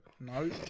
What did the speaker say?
No